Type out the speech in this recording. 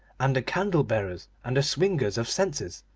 and the candle-bearers and the swingers of censers,